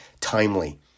timely